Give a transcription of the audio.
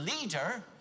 leader